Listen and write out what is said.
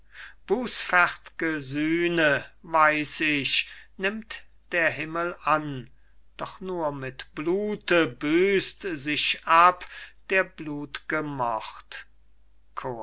bußfert'ge sühne weiß ich nimmt der himmel an doch nur mit blut büßt sich ab der blut'ge mord